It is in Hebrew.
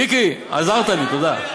מיקי, עזרת לי, תודה,